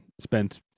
spent